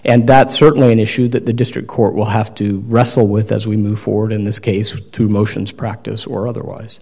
and that's certainly an issue that the district court will have to wrestle with as we move forward in this case two motions practice or otherwise